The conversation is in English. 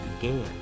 began